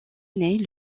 année